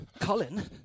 Colin